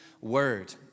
word